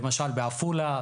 למשל בעפולה,